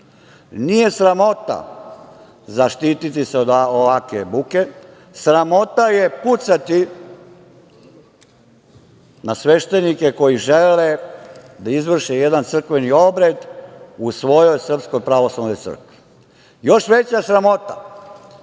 Nije sramota zaštititi se od ovakve buke, sramota je pucati na sveštenike koji žele da izvrše jedan crkveni obred u svojoj srpskoj pravoslavnoj crkvi. Još veća sramota